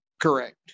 Correct